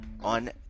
on